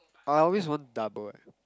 I always want double eh